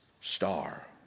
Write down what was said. star